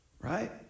Right